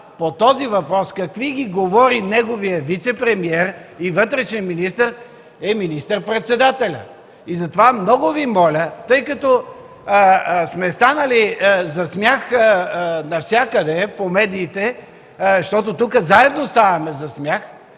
по този въпрос – какви ги говори неговият вицепремиер и вътрешен министър, е министър-председателят. И затова, много Ви моля, тъй като сме станали за смях навсякъде по медиите, щото тук заедно ставаме за смях,